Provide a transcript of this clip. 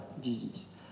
disease